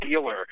dealer